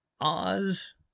Oz